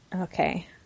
Okay